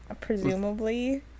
Presumably